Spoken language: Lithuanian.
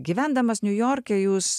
gyvendamas niujorke jūs